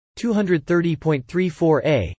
230.34a